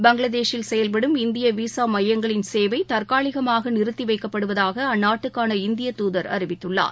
பங்களாதேஷில் செயல்படும் இந்திய விசா மையங்களின் சேவை தற்காலிகமாக நிறுத்தி வைக்கப்படுவதாக அந்நாட்டுக்கான இந்திய தூதர் அறிவித்துள்ளார்